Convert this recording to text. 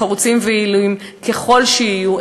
חרוצים ויעילים ככל שיהיו,